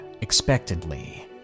expectantly